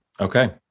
Okay